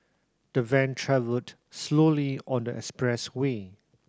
the van travelled slowly on the expressway